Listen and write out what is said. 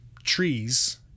trees